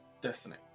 Destiny